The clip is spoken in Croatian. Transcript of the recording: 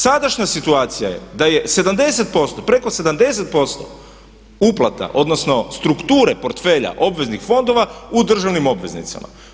Sadašnja situacija je da je 70%, preko 70% uplata odnosno strukture portfelja obveznih fondova u državnim obveznicama.